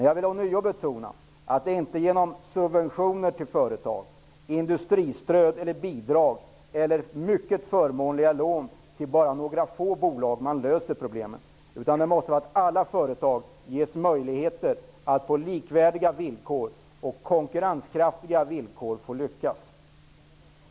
Jag vill ånyo betona att det inte är genom subventioner till företag, industristöd, bidrag eller mycket förmånliga lån till endast några få bolag som man löser problemen. Alla företag måste ges möjligheter att lyckas på likvärdiga och konkurrenskraftiga villkor.